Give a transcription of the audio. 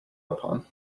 upon